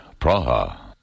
Praha